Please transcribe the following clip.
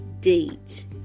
date